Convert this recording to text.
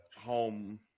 home